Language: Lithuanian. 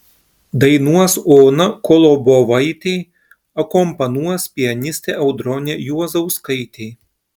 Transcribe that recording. dainuos ona kolobovaitė akompanuos pianistė audronė juozauskaitė